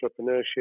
entrepreneurship